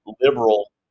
liberal